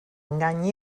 engany